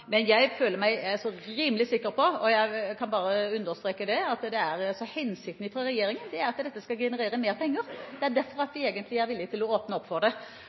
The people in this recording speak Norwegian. Men jeg føler meg altså rimelig sikker på, og jeg kan bare understreke det, at hensikten fra regjeringens side er at dette skal generere mer penger. Det er derfor vi er villig til å åpne opp for det.